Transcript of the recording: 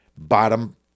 bottom